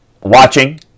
watching